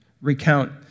recount